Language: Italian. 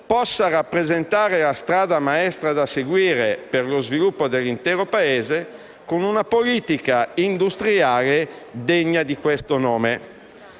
possa rappresentare la strada maestra da seguire per lo sviluppo dell'intero Paese con una politica industriale degna di questo nome,